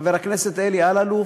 חבר הכנסת אלי אלאלוף,